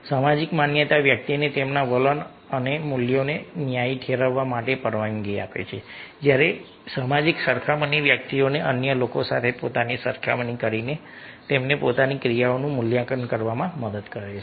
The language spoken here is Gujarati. સામાજિક માન્યતા વ્યક્તિને તેમના વલણ અને મૂલ્યોને ન્યાયી ઠેરવવા માટે પરવાનગી આપે છે જ્યારે સામાજિક સરખામણી વ્યક્તિઓને અન્ય લોકો સાથે પોતાની સરખામણી કરીને તેમની પોતાની ક્રિયાઓનું મૂલ્યાંકન કરવામાં મદદ કરે છે